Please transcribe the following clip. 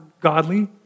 godly